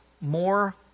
more